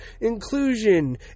inclusion